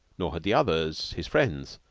nor had the others, his friends,